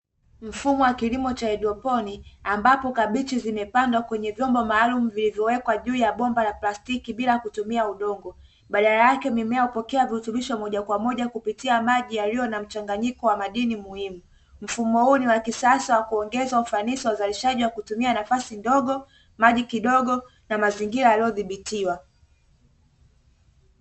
Mfumo wa kilimo cha haidroponi ambapo kabichi zimepandwa kwenye vyombo maalumu vilivyowekwa juu ya bomba la plastiki bila kutumia udongo badala yake mimea hupokea virutubishi moja kwa moja kupitia maji yaliyo na mchanganyiko wa madini muhimu, mfumo huu ni wa kisasa wa kuongeza ufanisi wa uzalishaji wa kutumia nafasi ndogo, maji kidogo, na mazingira yaliyodhibitiwa.